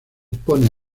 opone